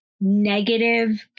negative